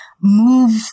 move